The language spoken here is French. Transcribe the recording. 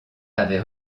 avait